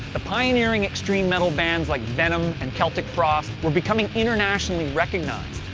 the pioneering extreme metal bands like venom and celtic frost were becoming internationally recognized.